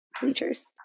Bleachers